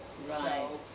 Right